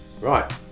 Right